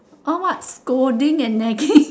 how much scolding and nagging